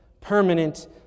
permanent